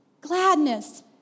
gladness